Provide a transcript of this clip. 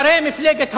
שרי מפלגת העבודה.